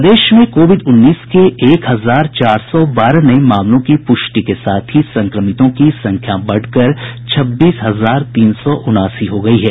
प्रदेश में कोविड उन्नीस के एक हजार चार सौ बारह नये मामलों की पुष्टि के साथ ही संक्रमितों की संख्या बढ़कर छब्बीस हजार तीन सौ उनासी हो गई है